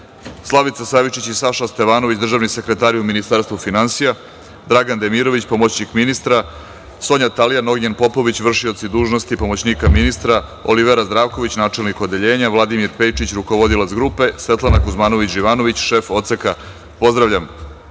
Slavica Savičić i Saša Stevanović, državni sekretari u Ministarstvu finansija, Dragan Demirović, pomoćnik ministra, Sonja Talijan, Ognjen Popović, vršioci dužnosti pomoćnika ministra, Olivera Zdravković, načelnik Odeljenja, Vladimir Pejčić, rukovodila grupe, Svetlana Kuzmanović Živanović, šef odseka. Pozdravljam